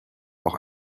auch